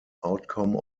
outcome